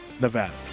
Nevada